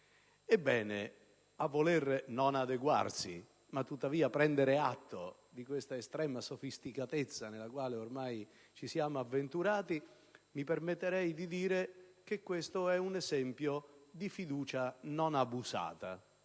Ebbene, a voler non adeguarsi, ma tuttavia prendere atto di questa estrema sofisticatezza nella quale ormai ci siamo avventurati, mi permetterei di dire che questo è un esempio di fiducia non abusata.